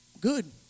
Good